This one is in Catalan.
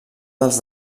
dels